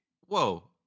whoa